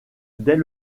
dès